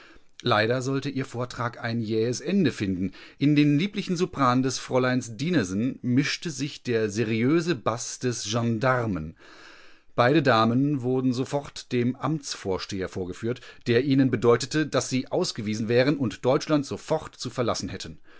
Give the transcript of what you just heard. leider sollte ihr vortrag ein jähes ende finden in den lieblichen sopran des fräuleins dinesen mischte sich der seriöse baß des gendarmen beide damen wurden sofort dem amtsvorsteher vorgeführt der ihnen bedeutete daß sie ausgewiesen wären und deutschland sofort zu verlassen hätten